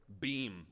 beam